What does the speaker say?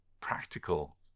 practical